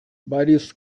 various